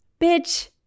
bitch